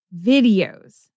videos